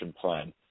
plan